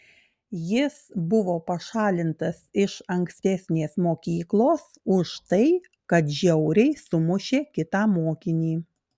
jis buvo pašalintas iš ankstesnės mokyklos už tai kad žiauriai sumušė kitą mokinį